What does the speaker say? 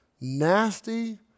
nasty